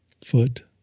foot